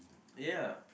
ya